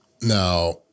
now